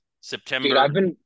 september